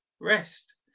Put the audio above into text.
rest